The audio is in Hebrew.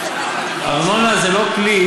ארנונה זה לא כלי